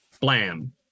blam